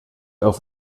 auf